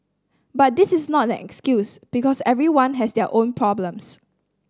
but this is not an excuse because everyone has their own problems